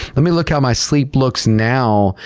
let me look at my sleep looks now,